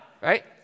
right